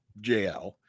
JL